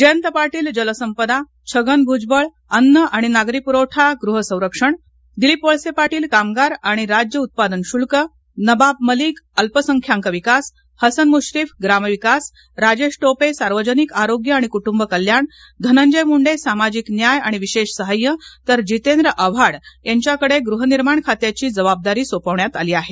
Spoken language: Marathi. जयंत पाटील जलसंपदा छगन भूजबळ अन्न आणि नागरी प्रवठा गृह संरक्षण दिलीप वळसे पाटील कामगार आणि राज्य उत्पादन शुल्क नबाब मालिक अल्पसंख्यांक विकास हसन मुश्रीफ ग्रामविकास राजेश टोपे सार्वजनिक आरोग्य आणि कुटुंब कल्याण धनंजय मुं सामाजिक न्याय आणि विशेष सहाय्य तर जितेंद्र आव्हाड यांच्याकडे गृहनिर्माण खात्याची जबाबदारी सोपवण्यात आली आहे